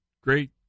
great